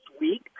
week